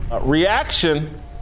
reaction